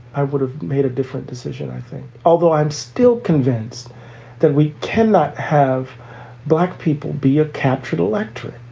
i would have made a different decision, i think, although i'm still convinced that we cannot have black people be a captured electorate.